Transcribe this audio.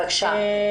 בבקשה.